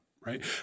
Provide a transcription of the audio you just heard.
Right